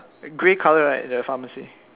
grey color right the pharmacy